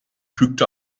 fügte